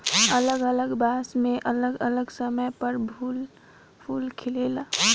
अलग अलग बांस मे अलग अलग समय पर फूल खिलेला